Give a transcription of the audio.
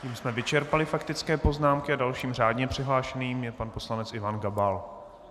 Tím jsme vyčerpali faktické poznámky a dalším řádně přihlášeným je pan poslanec Ivan Gabal.